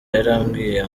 yarambwiye